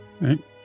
Right